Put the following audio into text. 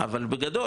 אבל בגדול,